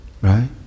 Right